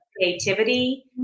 creativity